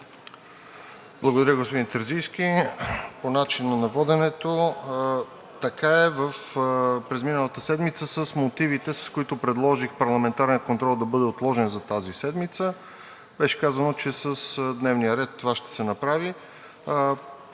Благодаря, господин Терзийски. По начина на воденето – така е, през миналата седмица в мотивите, с които предложих парламентарният контрол да бъде отложен за тази седмица, беше казано, че с дневния ред това ще се направи.